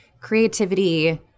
creativity